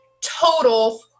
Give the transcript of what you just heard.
total